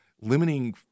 limiting –